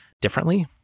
differently